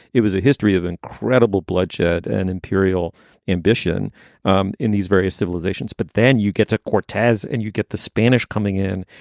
it was a history of incredible bloodshed and imperial ambition um in these various civilizations. but then you get to cortez and you get the spanish coming in.